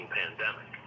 pandemic